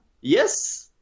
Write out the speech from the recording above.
yes